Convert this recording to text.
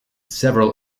several